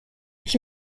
ich